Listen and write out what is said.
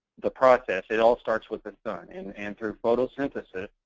the process, it all starts with the sun. and and through photosynthesis,